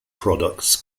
products